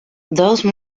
those